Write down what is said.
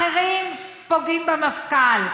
אחרים פוגעים במפכ"ל.